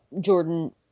Jordan